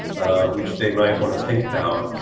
which they might wanna think about.